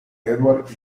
edward